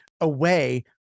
away